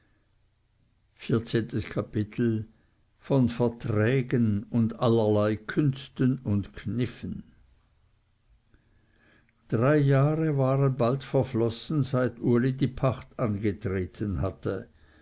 vierzehntes kapitel von verträgen und allerlei künsten und kniffen drei jahre waren bald verflossen seit uli die pacht angetreten hatte